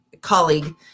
colleague